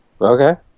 Okay